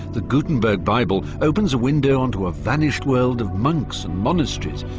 the gutenberg bible opens a window onto a vanished world of monks and monasteries.